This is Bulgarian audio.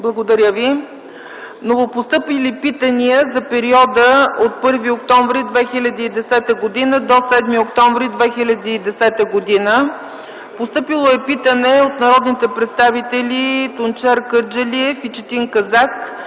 е прието. Новопостъпили питания за периода от 1 октомври 2010 г. до 7 октомври 2010 г. Постъпило е питане от народните представители Тунчер Кърджалиев и Четин Казак